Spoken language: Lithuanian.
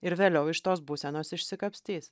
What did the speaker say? ir vėliau iš tos būsenos išsikapstys